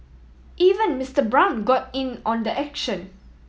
even Mister Brown got in on the action